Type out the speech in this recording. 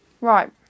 Right